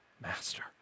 master